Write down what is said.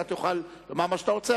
תוכל לומר מה שאתה רוצה.